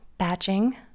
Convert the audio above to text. batching